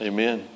Amen